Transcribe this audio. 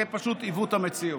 זה פשוט עיוות המציאות.